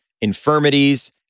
infirmities